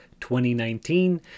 2019